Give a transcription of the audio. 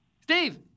Steve